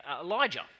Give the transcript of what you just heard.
Elijah